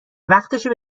وقتشه